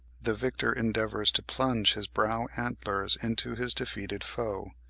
the victor endeavours to plunge his brow antlers into his defeated foe.